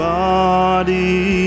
body